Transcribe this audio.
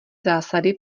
zásady